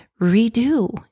redo